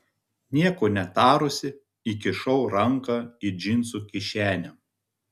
nieko netarusi įkišau ranką į džinsų kišenę